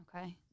Okay